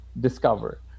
discover